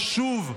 ושוב,